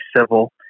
civil